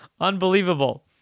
Unbelievable